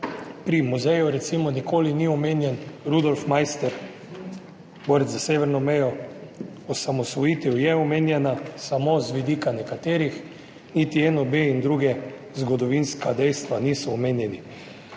pri muzeju, recimo, nikoli ni omenjen Rudolf Maister, borec za severno mejo, osamosvojitev je omenjena samo z vidika nekaterih, niti NOB in druga zgodovinska dejstva niso omenjeni.